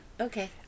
okay